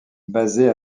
basée